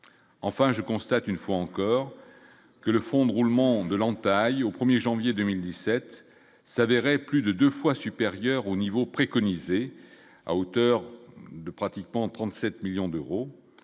enfin, je constate une fois encore que le fonds de roulement de l'entaille au 1er janvier 2017 s'avérait plus de 2 fois supérieur au niveau préconisé à hauteur de pratiquement 37 millions d'euros,